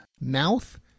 Mouth